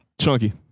Chunky